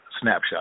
snapshot